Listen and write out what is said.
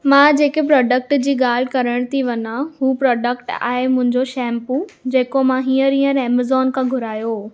मां जेके प्रोडक्ट जी ॻाल्हि करणु थी वञां हू प्रोडक्ट आहे मुंहिंजो शैम्पू जेको मां हींअर हींअर अमेज़ोन खां घुरायो हो